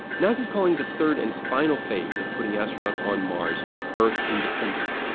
nasa calls the third and final phase of putting astronauts on mars earth independent.